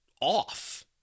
off